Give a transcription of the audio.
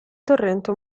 torrente